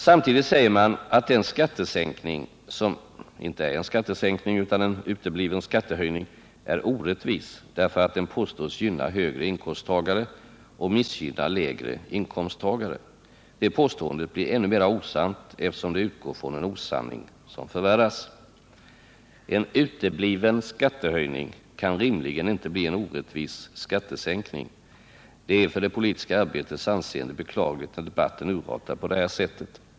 Samtidigt säger man att den skattesänkning som inte är en skattesänkning utan en utebliven skattehöjning är orättvis, därför att den påstås gynna högre inkomsttagare och missgynna lägre inkomsttagare. Det påståendet blir ännu mera osant, eftersom det utgår från en osanning som förvärras. En utebliven skattehöjning kan rimligen inte bli en orättvis skattesänkning. Det är för det politiska arbetets anseende beklagligt när debatten urartar på det sättet.